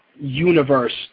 universe